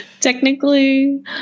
technically